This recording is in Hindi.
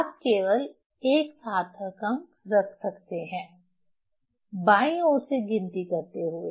आप केवल एक सार्थक अंक रख सकते हैं बाईं ओर से गिनती करते हुए